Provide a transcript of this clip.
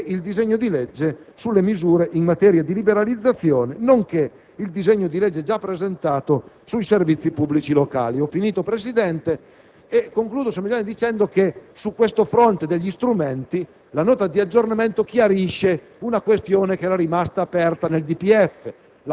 il disegno di legge sulle misure in materia di liberalizzazione, nonché il disegno di legge, già presentato, sui servizi pubblici locali. *(Richiami del Presidente).* Signor Presidente, concludo sottolineando che, sul fronte degli strumenti, la Nota di aggiornamento chiarisce una questione che era rimasta aperta nel DPEF: